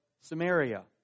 Samaria